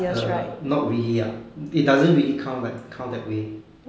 err not really ah mm it doesn't really count like count that way